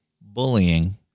bullying